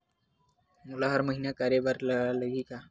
मोला हर महीना करे बर लगही का?